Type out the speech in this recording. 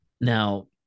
Now